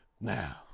Now